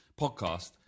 podcast